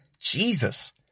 Jesus